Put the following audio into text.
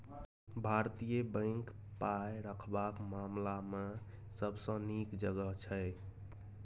भारतीय बैंक पाय रखबाक मामला मे सबसँ नीक जगह छै